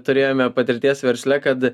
turėjome patirties versle kad